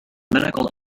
medical